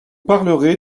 parlerai